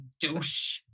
douche